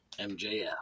MJF